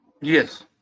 Yes